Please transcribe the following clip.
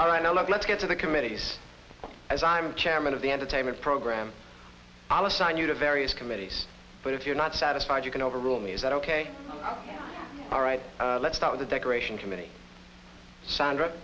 midnight ok let's get to the committees as i'm chairman of the entertainment program i'll assign you to various committees but if you're not satisfied you can overrule me is that ok all right let's start with a decoration committee sandra